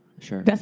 Sure